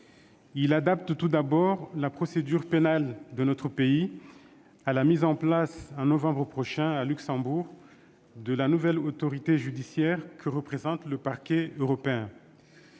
Il adapte tout d'abord la procédure pénale de notre pays à la mise en place en novembre prochain, à Luxembourg, de la nouvelle autorité judiciaire que représente le Parquet européen.